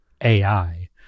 AI